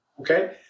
Okay